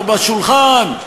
או בשולחן.